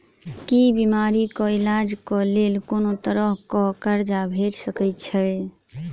की बीमारी कऽ इलाज कऽ लेल कोनो तरह कऽ कर्जा भेट सकय छई?